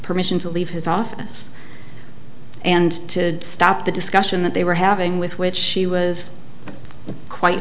permission to leave his office and to stop the discussion that they were having with which she was quite